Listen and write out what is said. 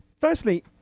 Firstly